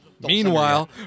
Meanwhile